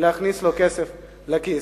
להכניס לו כסף לכיס.